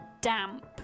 damp